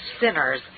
Sinners